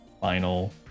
final